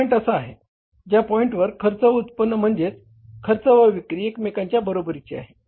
हा पॉईंट असा आहे ज्या पॉईंटवर खर्च व उत्पन्न म्हणजेच खर्च व विक्री एकमेकांच्या बरोबरीचे आहे